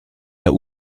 der